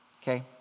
Okay